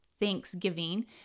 thanksgiving